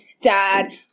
dad